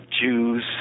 Jews